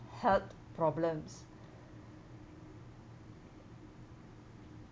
health problems